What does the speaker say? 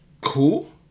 Cool